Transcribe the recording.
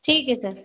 ठीक है सर